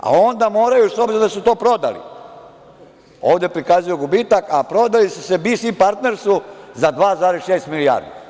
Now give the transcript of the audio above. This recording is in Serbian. A onda moraju, s obzirom da su to prodali, ovde prikazuju gubitak, prodali su se "BC" partneru za 2,6 milijarde.